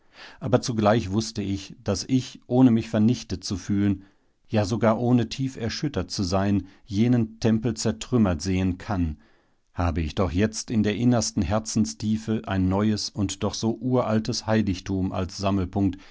aber zugleich wußte ich daß ich ohne mich vernichtet zu fühlen ja sogar ohne tief erschüttert zu sein jenen tempel zertrümmert sehen kann habe ich doch jetzt in der innersten herzenstiefe ein neues und doch so uraltes heiligtum als sammelpunkt